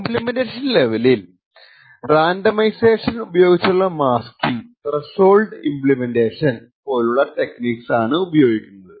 implementation ലെവലിൽ randomisation ഉപയോഗിച്ചുള്ള masking threshold implementation പോലുള്ള ടെക്നിക്ക് ആണ് ഉപയോഗിക്കുന്നത്